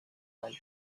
one